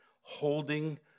holding